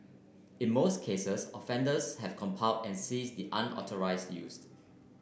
in most cases offenders have complied and ceased the unauthorised used